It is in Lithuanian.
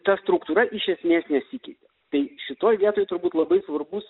ta struktūra iš esmės nesikeitė tai šitoj vietoj turbūt labai svarbus